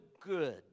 good